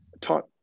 taught